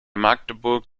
magdeburg